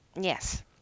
Yes